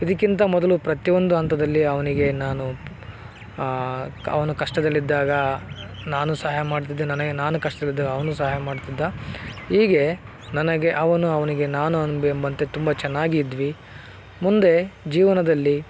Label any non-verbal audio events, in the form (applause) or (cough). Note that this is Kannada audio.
ಇದಕ್ಕಿಂತ ಮೊದಲು ಪ್ರತಿಯೊಂದು ಹಂತದಲ್ಲಿ ಅವನಿಗೆ ನಾನು ಕ ಅವನು ಕಷ್ಟದಲ್ಲಿದ್ದಾಗ ನಾನು ಸಹಾಯ ಮಾಡ್ತಿದ್ದೆ ನನಗೆ ನಾನು ಕಷ್ಟದಲ್ಲಿದ್ದಾಗ ಅವನೂ ಸಹಾಯ ಮಾಡ್ತಿದ್ದ ಹೀಗೆ ನನಗೆ ಅವನು ಅವನಿಗೆ ನಾನು (unintelligible) ಎಂಬಂತೆ ತುಂಬ ಚೆನ್ನಾಗಿ ಇದ್ವಿ ಮುಂದೆ ಜೀವನದಲ್ಲಿ